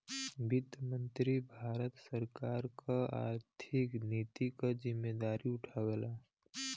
वित्त मंत्री भारत सरकार क आर्थिक नीति क जिम्मेदारी उठावला